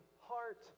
heart